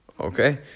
Okay